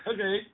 Okay